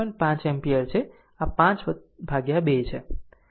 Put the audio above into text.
5 ampere છે આ 5 ભાગ્યા 2 છે